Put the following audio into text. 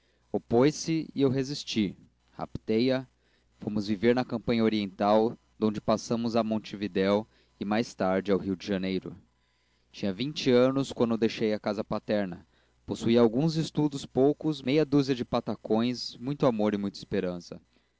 ele opôs-se e eu resisti raptei a fomos viver na campanha oriental donde passamos a montevidéu e mais tarde ao rio de janeiro tinha vinte anos quando deixei a casa paterna possuía alguns estudos poucos meia dúzia de patações muito amor e muita esperança